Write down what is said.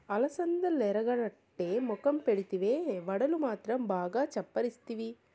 అలసందలెరగనట్టు మొఖం పెడితివే, వడలు మాత్రం బాగా చప్పరిస్తివి